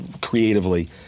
creatively